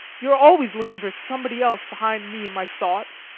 you are always looking for somebody else behind me and my thoughts.